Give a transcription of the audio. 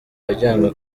wajyanywe